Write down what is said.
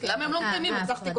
למה הם לא מקיימים את זה.